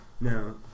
No